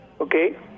okay